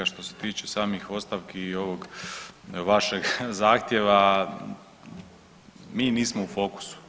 Što se tiče samih ostavki i ovog vašeg zahtjeva mi nismo u fokusu.